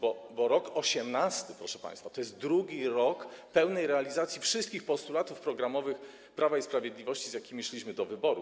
Rok 2018, proszę państwa, to jest drugi rok pełnej realizacji wszystkich postulatów programowych Prawa i Sprawiedliwości, z jakimi szliśmy do wyborów.